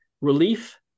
relief